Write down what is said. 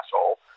asshole